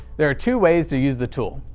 there are two ways to use the tool.